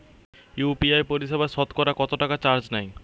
UPI পরিসেবায় সতকরা কতটাকা চার্জ নেয়?